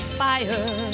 fire